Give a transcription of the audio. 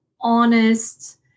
honest